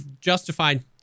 justified